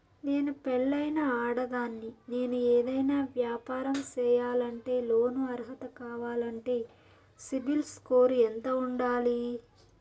నేను పెళ్ళైన ఆడదాన్ని, నేను ఏదైనా వ్యాపారం సేయాలంటే లోను అర్హత కావాలంటే సిబిల్ స్కోరు ఎంత ఉండాలి?